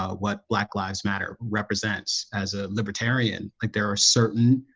ah what black lives matter represents as a libertarian like there are certain?